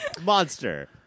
monster